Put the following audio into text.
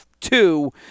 two